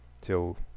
till